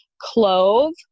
clove